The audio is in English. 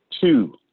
two